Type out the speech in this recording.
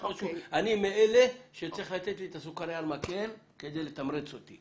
אני מאלה שצריך לתת לי את הסוכרייה על מקל כדי לתמרץ אותי,